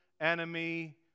enemy